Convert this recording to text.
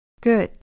Good